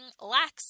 lacks